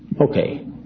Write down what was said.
Okay